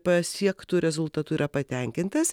pasiektu rezultatu yra patenkintas